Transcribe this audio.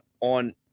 on